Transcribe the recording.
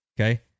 Okay